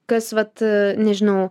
kas vat nežinau